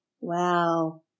Wow